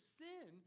sin